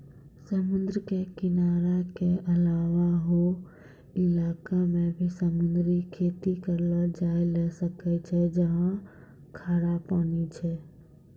समुद्र के किनारा के अलावा हौ इलाक मॅ भी समुद्री खेती करलो जाय ल सकै छै जहाँ खारा पानी छै